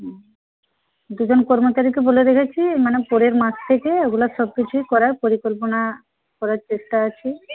হ্যাঁ দুজন কর্মচারীকে বলে রেখেছি মানে পরের মাস থেকে ওইগুলো সবকিছুই করার পরিকল্পনা করার চেষ্টায় আছি